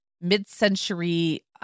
mid-century